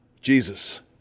Jesus